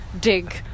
dig